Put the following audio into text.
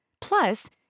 Plus